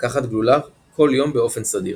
לקחת גלולה כל יום באופן סדיר.